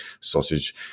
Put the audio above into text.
sausage